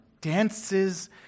dances